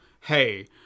hey